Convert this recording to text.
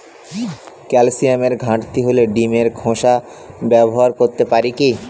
ক্যালসিয়ামের ঘাটতি হলে ডিমের খোসা ব্যবহার করতে পারি কি?